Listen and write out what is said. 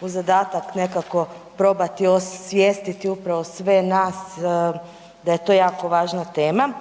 u zadatak nekako probati osvijestiti upravo sve nas da je to jako važna tema.